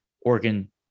organ